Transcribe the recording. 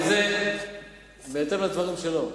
כי זה בהתאם לדברים שלו.